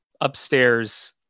upstairs